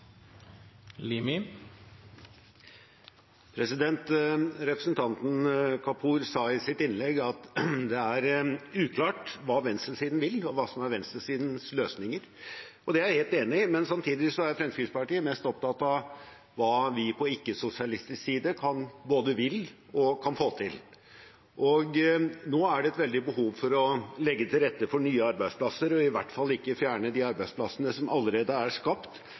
Representanten Kapur sa i sitt innlegg at det er uklart hva venstresiden vil, og hva som er venstresidens løsninger, og det er jeg helt enig i. Samtidig er Fremskrittspartiet mest opptatt av hva vi på ikke-sosialistisk side både vil og kan få til. Nå er det et veldig behov for å legge til rette for nye arbeidsplasser og i hvert fall ikke fjerne de arbeidsplassene som allerede er skapt